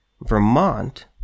Vermont